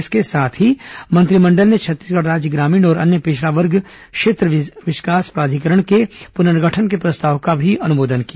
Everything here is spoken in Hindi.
इसके साथ ही मंत्रिमंडल ने छत्तीसगढ़ राज्य ग्रामीण और अन्य पिछड़ा वर्ग क्षेत्र विकास प्राधिकरण के पुनर्गठन के प्रस्ताव का अनुमोदन भी किया